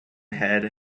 head